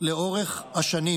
לאורך השנים.